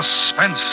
suspense